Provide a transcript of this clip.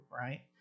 right